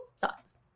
thoughts